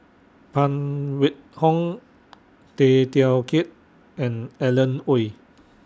Phan Wait Hong Tay Teow Kiat and Alan Oei